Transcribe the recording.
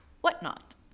whatnot